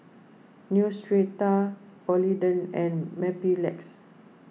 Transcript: Neostrata Polident and Mepilex